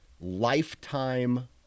lifetime